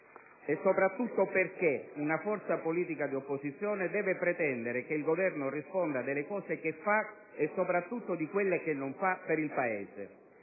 e soprattutto perché una forza politica di opposizione deve pretendere che il Governo risponda delle cose che fa e soprattutto di quelle che non fa per il Paese.